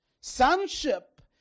Sonship